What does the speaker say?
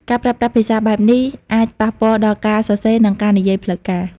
ការប្រើប្រាស់ភាសាបែបនេះអាចប៉ះពាល់ដល់ការសរសេរនិងការនិយាយផ្លូវការ។